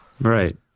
Right